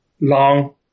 long